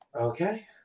Okay